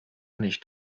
nicht